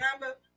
number